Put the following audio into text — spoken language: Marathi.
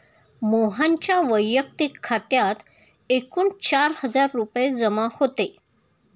मोहनच्या वैयक्तिक खात्यात एकूण चार हजार रुपये जमा होते